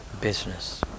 business